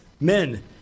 Men